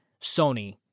Sony